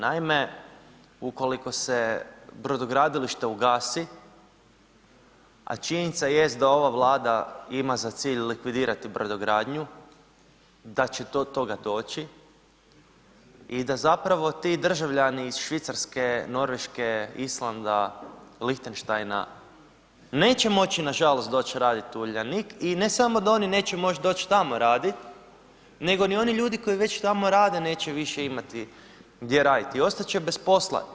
Naime, ukoliko se brodogradilište ugasi, a činjenica jest da ova Vlada ima za cilj likvidirati brodogradnju, da će do toga doći i da zapravo ti državljani iz Švicarske, Norveške, Islanda, Lichtensteina neće moći nažalost doći raditi u Uljanik i ne samo da oni neće moći doći tamo radit, nego ni oni ljudi koji već tamo rade neće više imati gdje raditi, ostat će bez posla.